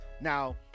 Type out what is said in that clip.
now